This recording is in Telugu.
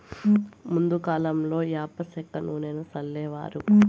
ముందు కాలంలో యాప సెక్క నూనెను సల్లేవారు